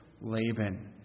Laban